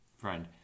friend